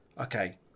okay